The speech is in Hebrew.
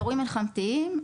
באירועים מלחמתיים,